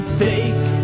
fake